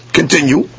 continue